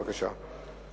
בבקשה.